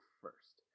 first